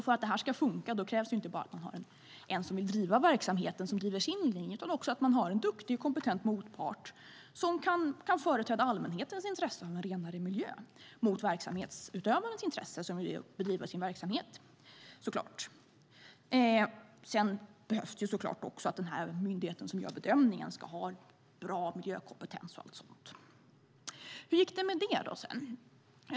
För att det här ska fungera krävs inte bara att någon som vill driva verksamheten driver sin linje utan också att det finns en duktig och kompetent motpart som kan företräda allmänhetens intresse av en renare miljö mot verksamhetsutövarens intresse som är att bedriva verksamhet. Sedan behövs det så klart också att den myndighet som gör bedömningen ska ha bra miljökompetens och allt sådant. Hur gick det då med detta?